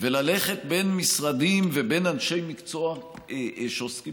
וללכת בין משרדים ובין אנשי מקצוע שעוסקים